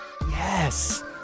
yes